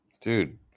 Dude